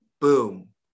boom